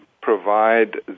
provide